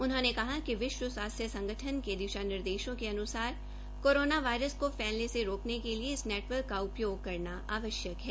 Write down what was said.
उन्होंने कहा कि विश्व स्वास्थ्य संगठन के दिशा निर्देशों के अनुसार कोरोना वायरस को फैलने से रोकने के लिए इस नेटवर्क का उपयोग करना आवश्यक है